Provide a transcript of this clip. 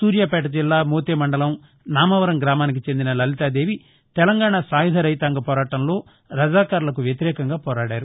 సూర్యాపేట జిల్లా మోతె మండలం నామవరం గ్రామానికి చెందిన లలితాదేవి తెలంగాణ సాయుధ రైతాంగ పోరాటంలో రజాకార్లకు వ్యతిరేకంగా పోరాడారు